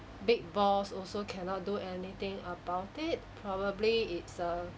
big boss also cannot do anything about it probably it's a